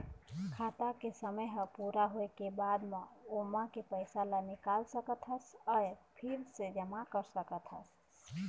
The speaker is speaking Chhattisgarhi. खाता के समे ह पूरा होए के बाद म ओमा के पइसा ल निकाल सकत हस य फिर से जमा कर सकत हस